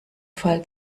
fall